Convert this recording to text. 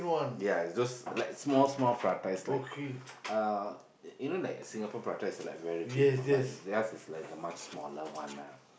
ya is those like small small prata is like uh you know like Singapore prata is like very big but theirs is like the much smaller one lah